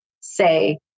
say